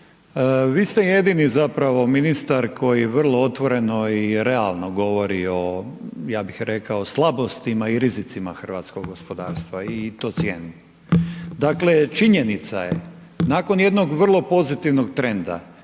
vi ste jedini zapravo ministar koji vrlo otvoreno i realno govori o, ja bih rekao, o slabostima i rizicima hrvatskog gospodarstva i to cijenim. Dakle, činjenica je, nakon jednog vrlo pozitivnog trenda